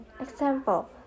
example